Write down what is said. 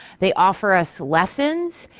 they offer us lessons,